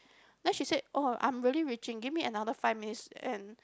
then she said oh I'm really reaching give me another five minutes and